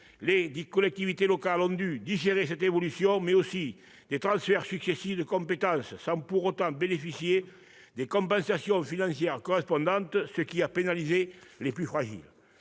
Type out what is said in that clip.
les collectivités territoriales ont dû digérer cette évolution, mais aussi faire face à des transferts successifs de compétences, sans pour autant bénéficier des compensations financières correspondantes, ce qui a pénalisé les plus fragiles